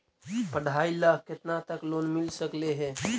पढाई ल केतना तक लोन मिल सकले हे?